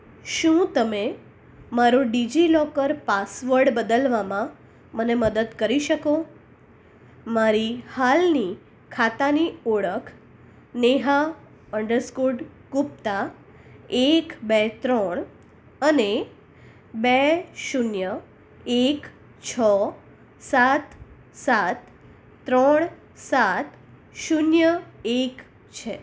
શું તમે મારો ડીજીલોકર પાસવર્ડ બદલવામાં મને મદદ કરી શકો મારી હાલની ખાતાની ઓળખ નેહા એંડર સ્કોડ ગુપ્તા એક બે ત્રણ અને બે શૂન્ય એક છ સાત સાત ત્રણ સાત શૂન્ય એક છે